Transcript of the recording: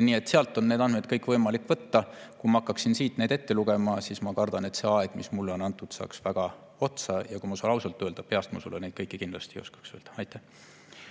Nii et sealt on võimalik kõik need andmed võtta. Kui ma hakkaksin siit neid ette lugema, siis ma kardan, et see aeg, mis mulle on antud, saaks otsa. Ja ausalt öeldes ma peast sulle neid kõiki kindlasti öelda ei oskaks. Aitäh,